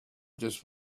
just